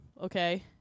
okay